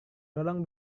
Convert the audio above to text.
tolong